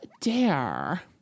dare